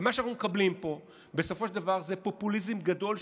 ומה שאנחנו מקבלים פה בסופו של דבר זה פופוליזם גדול,